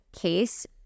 case